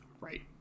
Right